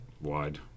wide